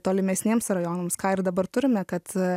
tolimesniems rajonams ką ir dabar turime kad